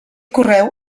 correu